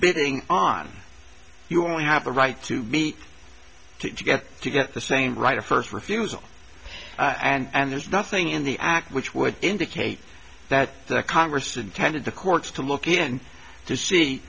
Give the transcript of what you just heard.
bidding on you only have the right to be to get to get the same right of first refusal and there's nothing in the act which would indicate that congress intended the courts to look in to see